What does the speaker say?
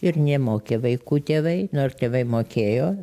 ir nemokė vaikų tėvai nu ar tėvai mokėjo